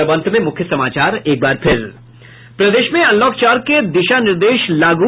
और अब अंत में मुख्य समाचार प्रदेश में अनलॉक चार के दिशा निर्देश लागू